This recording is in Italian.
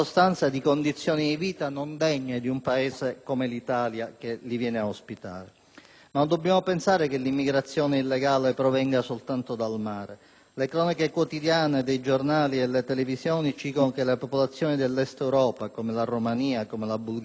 Ma non dobbiamo pensare che l'immigrazione illegale provenga soltanto dal mare. Le cronache quotidiane dei giornali e le televisioni ci dicono che le popolazioni dei Paesi dell'Europa dell'Est (come la Romania, la Bulgaria, l'Albania) hanno colonizzato le città italiane.